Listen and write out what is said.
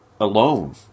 alone